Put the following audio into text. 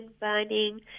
burning